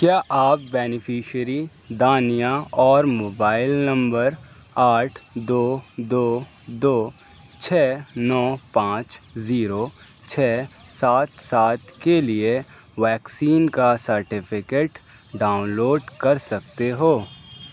کیا آپ بینیفشیری دانیہ اور موبائل نمبر آٹھ دو دو دو چھ نو پانچ زیرو چھ سات سات کے لیے ویکسین کا سرٹیفکیٹ ڈاؤن لوڈ کر سکتے ہو